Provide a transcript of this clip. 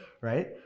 Right